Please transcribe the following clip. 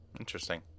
interesting